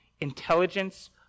intelligence